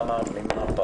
ממה הפער?